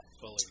fully